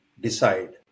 decide